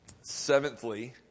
Seventhly